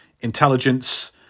intelligence